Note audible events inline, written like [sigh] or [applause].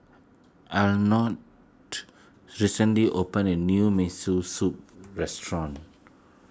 Arnold [noise] recently opened a new Miso Soup restaurant